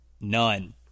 None